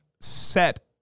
set